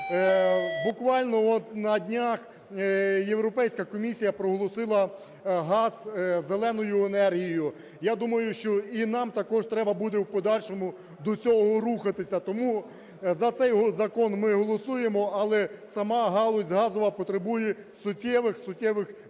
Буквально от на днях Європейська комісія проголосила газ "зеленою" енергією. Я думаю, що і нам також треба буде в подальшому до цього рухатися. Тому за цей закон ми голосуємо, але сама галузь газова потребує суттєвих-суттєвих